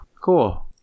Cool